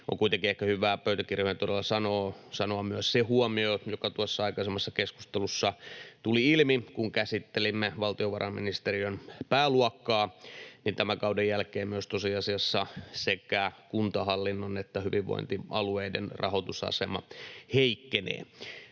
On kuitenkin ehkä hyvä pöytäkirjoihin todella sanoa myös se huomio, joka tuossa aikaisemmassa keskustelussa tuli ilmi, kun käsittelimme valtiovarainministeriön pääluokkaa, että tämän kauden jälkeen myös tosiasiassa sekä kuntahallinnon että hyvinvointialueiden rahoitusasema heikkenee.